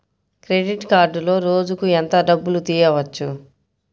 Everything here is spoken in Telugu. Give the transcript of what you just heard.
క్రెడిట్ కార్డులో రోజుకు ఎంత డబ్బులు తీయవచ్చు?